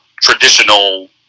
traditional